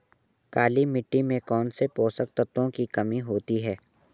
काली मिट्टी में कौनसे पोषक तत्वों की कमी होती है?